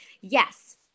yes